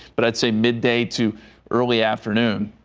but it's a midday too early afternoon.